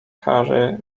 cary